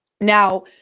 Now